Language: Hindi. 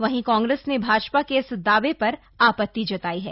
वहीं कांग्रेस ने भाजपा के इस दावे पर आपत्ति जताई है